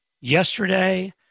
yesterday